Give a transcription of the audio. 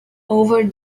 over